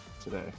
today